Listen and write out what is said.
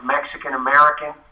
Mexican-American